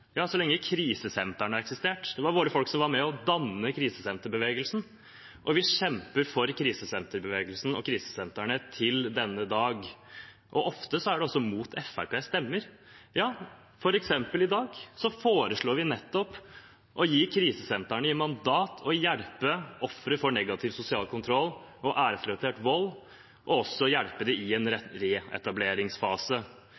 ja, så lenge krisesentrene har eksistert. Det var våre folk som var med på å danne krisesenterbevegelsen, og vi har kjempet for krisesenterbevegelsen og krisesentrene til denne dag. Ofte er det også imot Fremskrittspartiets stemmer – f.eks. i dag. Vi foreslår nettopp å gi krisesentrene mandat til å hjelpe ofre for negativ sosial kontroll og æresrelatert vold og også hjelpe dem i en